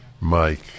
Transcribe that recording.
Mike